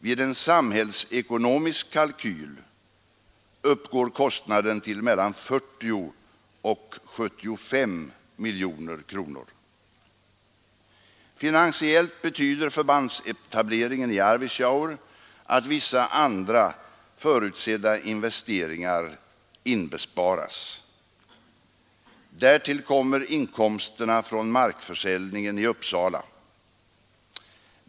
Vid en samhällsekonomisk kalkyl uppgår kostnaden till mellan 40 och 75 miljoner kronor. Finansiellt betyder förbandsetableringen i Arvidsjaur att vissa andra förutsedda investeringar inbesparas. Därtill kommer inkomsterna från markförsäljningen i Uppsala.